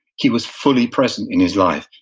he was fully present in his life.